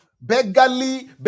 Beggarly